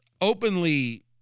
openly